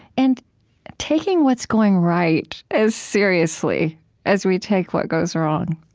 and taking what's going right as seriously as we take what goes wrong?